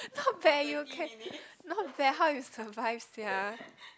not bad you can not bad how you survive sia